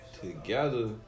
together